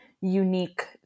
unique